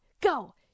go